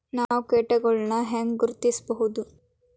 ನಾವ್ ಕೇಟಗೊಳ್ನ ಹ್ಯಾಂಗ್ ಗುರುತಿಸೋದು?